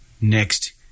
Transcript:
next